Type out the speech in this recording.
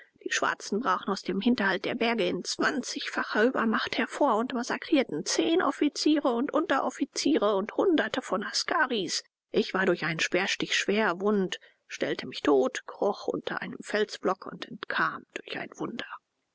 die schwarzen brachen aus dem hinterhalt der berge in zwanzigfacher übermacht hervor und massakrierten zehn offiziere und unteroffiziere und hunderte von askaris ich war durch einen speerstich schwerwund stellte mich tot kroch unter einen felsblock und entkam durch ein wunder